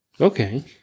Okay